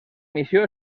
missió